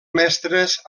mestres